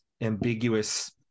ambiguous